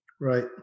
Right